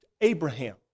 Abraham